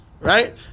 right